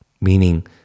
meaning